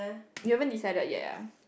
you haven't decided yet ah